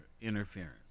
interference